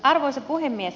arvoisa puhemies